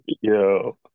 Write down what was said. Yo